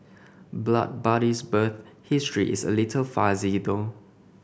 Blood Buddy's birth history is a little fuzzy though